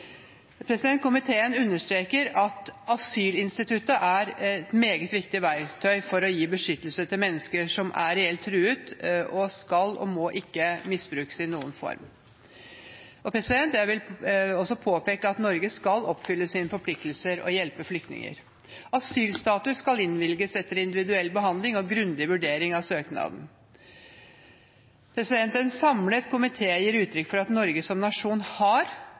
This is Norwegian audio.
være. Komiteen understreker at asylinstituttet er et meget viktig verktøy for å gi beskyttelse til mennesker som er reelt truet, og det skal og må ikke misbrukes i noen form. Jeg vil også påpeke at Norge skal oppfylle sine forpliktelser og hjelpe flyktninger. Asylstatus skal innvilges etter individuell behandling og grundig vurdering av søknaden. En samlet komité gir uttrykk for at Norge som nasjon har